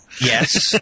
Yes